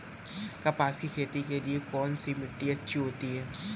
कपास की खेती के लिए कौन सी मिट्टी अच्छी होती है?